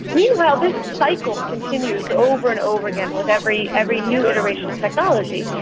meanwhile, this cycle continues over and over again with every every new iteration of technology.